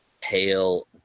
pale